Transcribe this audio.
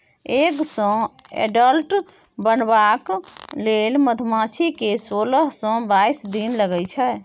egg सँ adult बनबाक लेल मधुमाछी केँ सोलह सँ बाइस दिन लगै छै